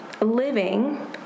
living